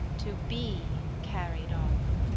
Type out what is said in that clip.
to be carried off.